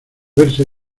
verse